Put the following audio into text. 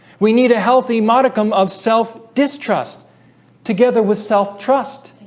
we need a healthy modicum of self distrust together with self trust